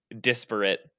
disparate